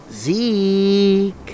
Zeke